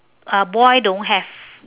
uh boy don't have